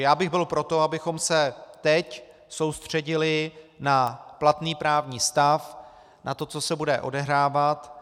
Já bych byl pro to, abychom se teď soustředili na platný právní stav, na to, co se bude odehrávat.